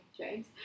James